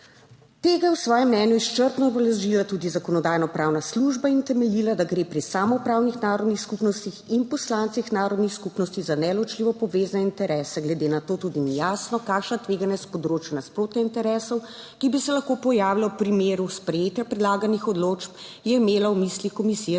Tega je v svojem mnenju izčrpno obrazložila tudi Zakonodajno-pravna služba in utemeljila, da gre pri samoupravnih narodnih skupnostih in poslancih narodnih skupnosti za neločljivo povezane interese. Glede na to tudi ni jasno, kakšna tveganja s področja nasprotja interesov, ki bi se lahko pojavilo v primeru sprejetja predlaganih odločb, je imela v mislih Komisija za